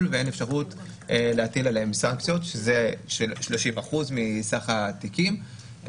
ואין אפשרות להטיל עליהם סנקציות 30% מסך התיקים,